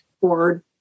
board